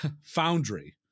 foundry